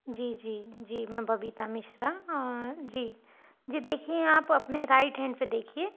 जी जी जी मैं बबीता मिश्रा जी जी जी देखिए आप अपने राइट हैंड पर देखिए